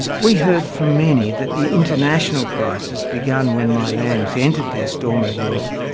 we heard from many that the international crisis, begun when my lambs entered their stormy world,